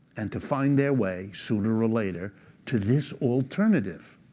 and to find their way sooner or later to this alternative.